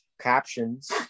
captions